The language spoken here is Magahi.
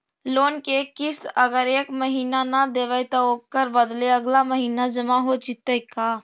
लोन के किस्त अगर एका महिना न देबै त ओकर बदले अगला महिना जमा हो जितै का?